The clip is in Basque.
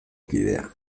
kidea